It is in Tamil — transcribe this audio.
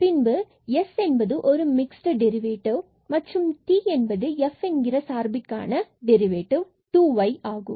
பின்பு s என்பது ஒரு மிக்ஸ்ட் டெரிவேட்டிவ் மற்றும் t is f என்கின்ற சார்புக்கான டெரிவேட்டிவ் 2y ஆகும்